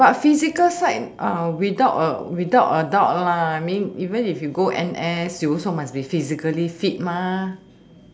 but what physical strength without a without a doubt may even if you go N_S you also must be physically fit